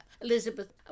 Elizabeth